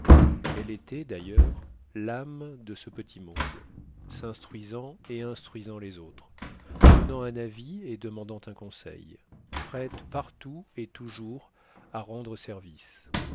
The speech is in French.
elle était d'ailleurs l'âme de ce petit monde s'instruisant et instruisant les autres donnant un avis et demandant un conseil prête partout et toujours à rendre service